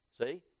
See